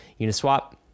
uniswap